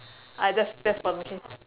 I that's that's for my case